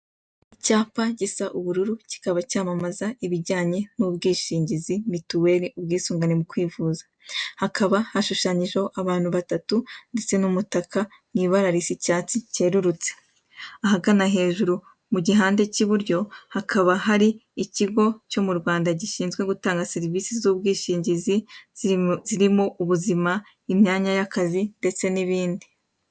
Icyapa gisa ubururu kikaba cyamamaza ibijyanye n'ubwishingizi mituweli ubwisungane mu kwivuza, hakaba hashushanyijeho abantu batatu ndetse n'umutaka mu ibara risa icyatsi kerurutse, ahagana hejuru mu gihande k'iburyo hakaba hari ikigo cyo mu Rwanda gishinzwe gutanga serivise zubwishingizi, zirimo ubuzima imyanya y'akazi ndetse nibindi.